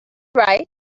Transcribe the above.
right